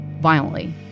violently